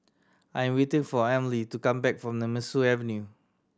I am waiting for Emely to come back from Nemesu Avenue